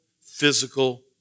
physical